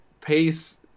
pace